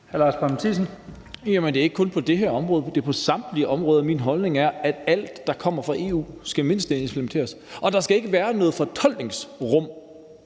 det er ikke kun på det her område, men på samtlige områder, at min holdning er, at alt, der kommer fra EU, skal minimumsimplementeres, og at der ikke skal være noget fortolkningsrum